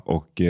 Och